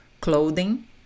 clothing